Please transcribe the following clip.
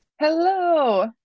Hello